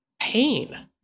pain